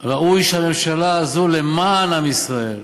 ראוי שהממשלה הזו, למען עם ישראל,